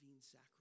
sacrifice